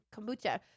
kombucha